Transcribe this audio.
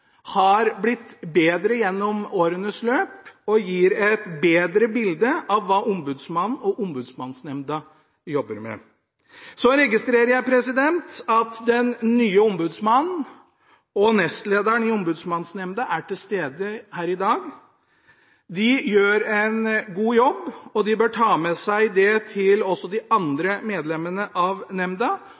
har blitt bedre gjennom årenes løp og gir et bedre bilde av hva Ombudsmannen og Ombudsmannsnemnda jobber med. Jeg registrerer at den nye Ombudsmannen og nestlederen i Ombudsmannsnemnda er til stede her i dag. De gjør en god jobb, de bør ta med seg dette også til de andre medlemmene av nemnda,